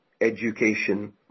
education